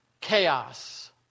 chaos